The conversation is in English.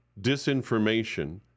disinformation